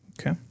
Okay